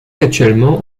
actuellement